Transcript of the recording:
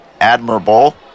admirable